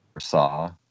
saw